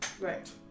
Right